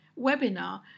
webinar